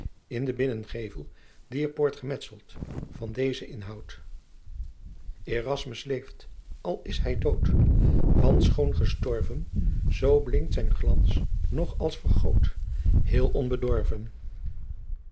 in den binnengevel dier poort gemetseld van dezen inhoud erasmvs leeft al is hii doot vvant schoon gestorven soo blinkt siin glans noch als vergood heel onbedorven